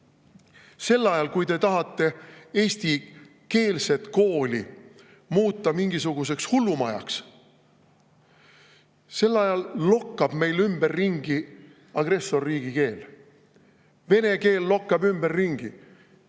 Sel ajal, kui te tahate eestikeelset kooli muuta mingisuguseks hullumajaks, lokkab meil ümberringi agressorriigi keel. Vene keel lokkab ümberringi.